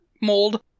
mold